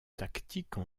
tactique